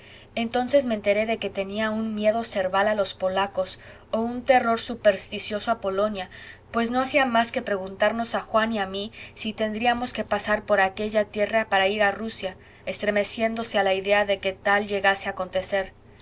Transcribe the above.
entonces me enteré de que tenía un miedo cerval a los polacos o un terror supersticioso a polonia pues no hacía más que preguntarnos a juan y a mi si tendríamos que pasar por aquella tierra para ir a rusia estremeciéndose a la idea de que tal llegase a acontecer